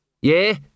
Yeah